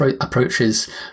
approaches